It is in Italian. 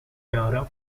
gara